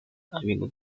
habiendo